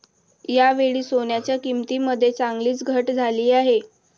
यावेळी सोन्याच्या किंमतीमध्ये चांगलीच घट झाली आहे